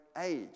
age